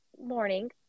morning